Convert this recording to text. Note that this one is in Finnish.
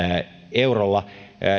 eurolla